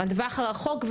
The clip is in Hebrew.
אל הטווח הרחוק,